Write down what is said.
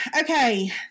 Okay